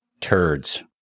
turds